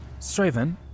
Straven